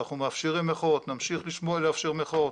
אנחנו מאפשרים מחאות, נמשיך לאפשר מחאות,